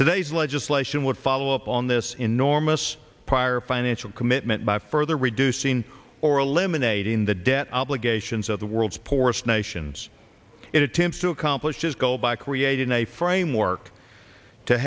today's legislation would follow up on this enormous prior financial commitment by further reducing or eliminating the debt obligations of the world's poorest nations it attempts to accomplish his goal by creating a framework to